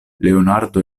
leonardo